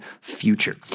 future